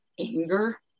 Anger